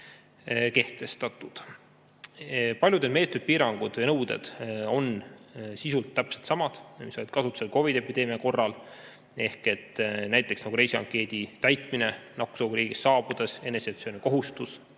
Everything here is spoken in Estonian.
kehtestatud. Paljud meetmed, piirangud ja nõuded on sisult täpselt samad, mis olid kasutusel COVID‑i epideemia korral, näiteks reisiankeedi täitmine nakkusohuga riigist saabudes, eneseisolatsiooni kohustus,